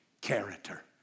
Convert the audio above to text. character